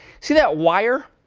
see that wire?